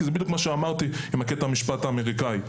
זה בדיוק מה שאמרתי עם המשפט האמריקני: